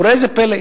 וראה זה פלא,